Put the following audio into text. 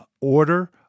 order